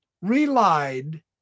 relied